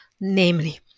Namely